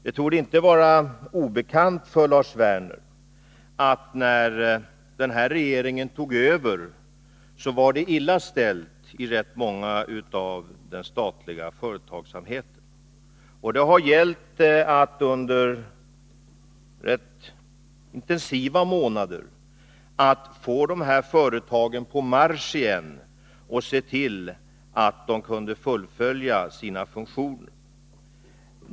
Det torde inte vara obekant för Lars Werner att när den här regeringen tog över var det illa ställt i rätt många delar av den statliga företagsamheten. Det har gällt att under rätt intensiva månader få de här företagen på marsch igen och se till att de kan fullfölja sina funktioner.